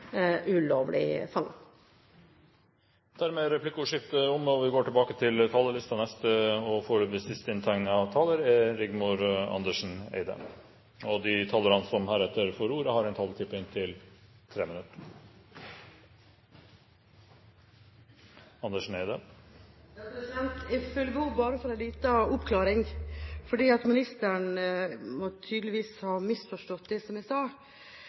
ulovlig fangst, inndras. Replikkordskiftet er omme. De talere som heretter får ordet, har en taletid på inntil 3 minutter. Jeg føler behov for bare en liten oppklaring fordi ministeren tydeligvis må ha misforstått det jeg sa